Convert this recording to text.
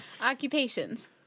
Occupations